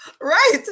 Right